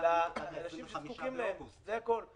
לאנשים שזקוקים לו זה הכול.